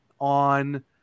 on